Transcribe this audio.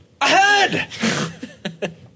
Ahead